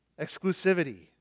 Exclusivity